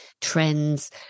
trends